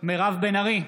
מירב בן ארי,